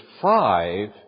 five